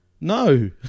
No